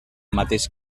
mateix